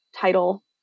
title